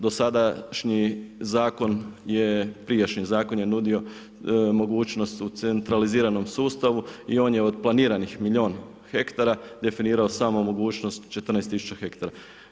Dosadašnji zakon, prijašnji zakon je nudio mogućnost u centraliziranom sustavu i on je od planiranih milijun hektara, definirao samo mogućnost 14 tisuća hektara.